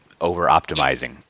over-optimizing